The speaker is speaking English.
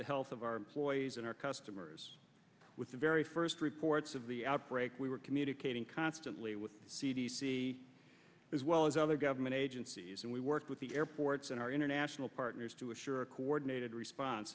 the health of our employees and our customers with the very first reports of the outbreak we were committed and constantly with c d c as well as other government agencies and we work with the airports and our international partners to ensure a coordinated response